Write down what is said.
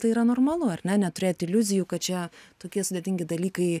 tai yra normalu ar ne neturėt iliuzijų kad čia tokie sudėtingi dalykai